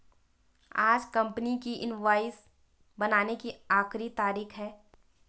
आज कंपनी की इनवॉइस बनाने की आखिरी तारीख है